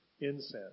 incense